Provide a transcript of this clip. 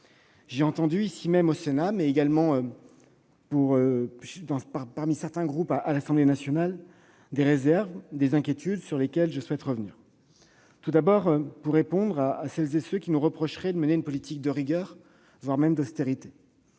J'ai entendu, ici même, au Sénat, mais également parmi certains groupes à l'Assemblée nationale, des réserves et inquiétudes sur lesquelles je souhaite revenir. Tout d'abord, certains nous reprochent de mener une politique de rigueur, voire d'austérité.